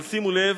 אבל שימו לב,